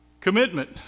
Commitment